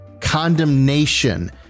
condemnation